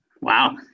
Wow